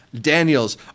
Daniels